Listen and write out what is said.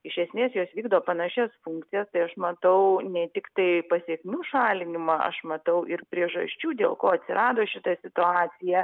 iš esmės jos vykdo panašias funkcijas tai aš matau ne tiktai pasekmių šalinimą aš matau ir priežasčių dėl ko atsirado šita situacija